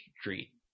Street